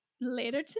later